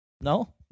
No